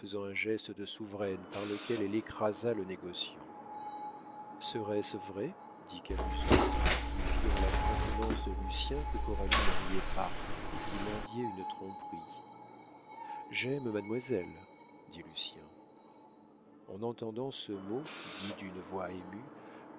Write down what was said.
un geste de souveraine par lequel elle écrasa le négociant serait-ce vrai dit camusot qui vit à la contenance de lucien que coralie ne riait pas et qui mendiait une tromperie j'aime mademoiselle dit lucien en entendant ce mot dit d'une voix émue